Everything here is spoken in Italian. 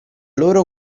loro